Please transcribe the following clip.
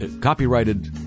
Copyrighted